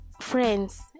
friends